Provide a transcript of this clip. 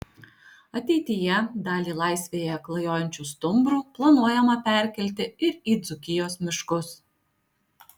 ateityje dalį laisvėje klajojančių stumbrų planuojama perkelti ir į dzūkijos miškus